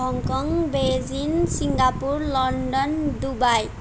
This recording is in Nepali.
Hong Kong Beijing Singapore London Dubai